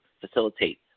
facilitate